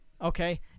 Okay